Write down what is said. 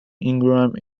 ingram